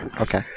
Okay